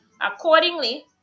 Accordingly